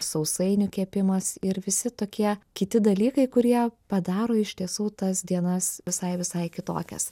sausainių kepimas ir visi tokie kiti dalykai kurie padaro iš tiesų tas dienas visai visai kitokias